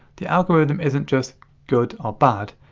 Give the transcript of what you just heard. the algorithm isn't just good or bad,